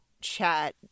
chat